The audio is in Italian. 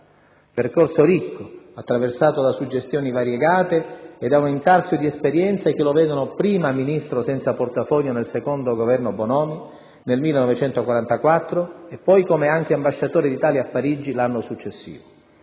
Percorso ricco, attraversato da suggestioni variegate e da un intarsio di esperienze che lo vedono prima ministro senza portafoglio nel II Governo Bonomi, nel 1944, poi anche ambasciatore d'Italia a Parigi, l'anno successivo.